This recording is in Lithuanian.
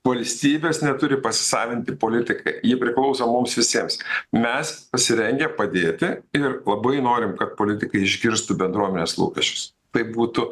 valstybės neturi pasisavinti politika ji priklauso mums visiems mes pasirengę padėti ir labai norim kad politikai išgirstų bendruomenės lūkesčius tai būtų